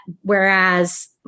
whereas